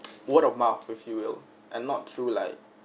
word of mouth if you will and not through like